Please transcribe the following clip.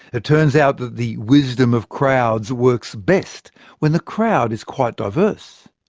it turns out that the wisdom of crowds works best when the crowd is quite diverse.